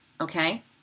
Okay